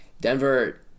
Denver